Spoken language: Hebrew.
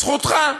זכותך,